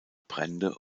brände